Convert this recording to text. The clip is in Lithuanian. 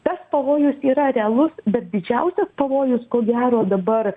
tas pavojus yra realus bet didžiausias pavojus ko gero dabar